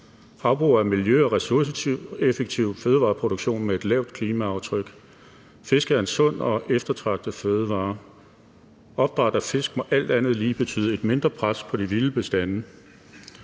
Havbrug er en miljø- og ressourceeffektiv fødevareproduktion med et lavt klimaaftryk. Fisk er en sund og eftertragtet fødevare. Opdræt af fisk må alt andet lige betyde et mindre pres på de vilde bestande.